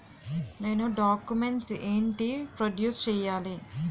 నేను డాక్యుమెంట్స్ ఏంటి ప్రొడ్యూస్ చెయ్యాలి?